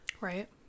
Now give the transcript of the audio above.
right